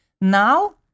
now